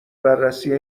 بررسی